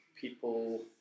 people